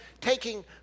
taking